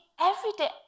everyday